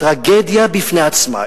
טרגדיה בפני עצמה.